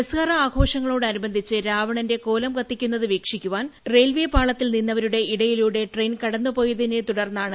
ദസറ ആഘോഷങ്ങളോടനുബന്ധിച്ച് രാവണന്റെ കോലം കത്തിക്കുന്നത് വീക്ഷിക്കുവാൻ ട്രെയിൽവേ ട്രാക്കിൽ നിന്നവരുടെ ഇടയിലൂടെ ട്രെയിൻ കടന്നുപോയതിനെ തുടർന്നാണ് അപടകടമുണ്ടായത്